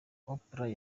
oprah